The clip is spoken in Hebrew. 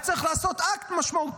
היה צריך לעשות אקט משמעותי,